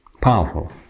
powerful